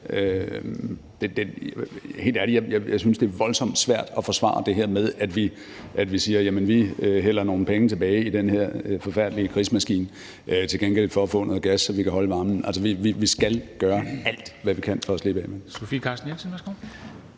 helt ærligt, at det er voldsomt svært at forsvare det her med, at vi siger, at vi hælder nogle penge tilbage i den her forfærdelige krigsmaskine for til gengæld at få noget gas, så vi kan holde varmen. Altså, vi skal gøre alt, hvad vi kan, for at slippe af